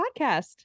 Podcast